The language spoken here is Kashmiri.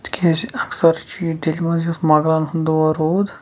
تِکیٛازِ اکثر چھِ ییٚتہِ دِلہِ منٛز یُس مۄغلَن ہُنٛد دور روٗد